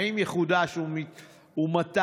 2. האם יחודש ומתי?